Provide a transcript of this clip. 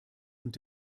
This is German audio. und